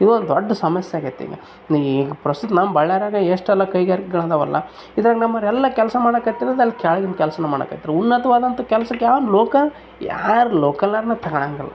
ಇವು ಒಂದು ದೊಡ್ಡ ಸಮಸ್ಯೆ ಆಗಿದೆ ಈಗ ಈ ಪ್ರಸ್ತುತ ನಮ್ಮ ಬಳ್ಳಾರೆಗ ಎಷ್ಟೆಲ್ಲ ಕೈಗಾರಿಕೆಗಳಿದಾವಲ್ಲ ಇದ್ರಾಗ ನಮ್ಮವರೆಲ್ಲ ಕೆಲಸ ಮಾಡೋಕ್ ತಿಳ್ದು ಅಲ್ಲಿ ಕೆಳಗಿನ ಕೆಲ್ಸ ಮಾಡೋಕತ್ತರ ಉನ್ನತ್ವಾದಂಥ ಕೆಲ್ಸಕ್ಕೆ ಯಾರು ಲೋಕ ಯಾರು ಲೋಕಲೋರ್ನ ತಗೋಳ್ಳಂಗಿಲ್ಲ